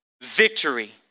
victory